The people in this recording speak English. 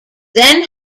then